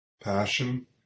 passion